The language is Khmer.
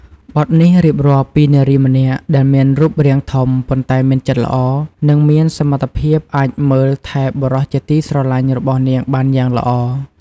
បទនេះរៀបរាប់ពីនារីម្នាក់ដែលមានរូបរាងធំ ប៉ុន្តែមានចិត្តល្អ និងមានសមត្ថភាពអាចមើលថែបុរសជាទីស្រឡាញ់របស់នាងបានយ៉ាងល្អ។